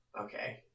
Okay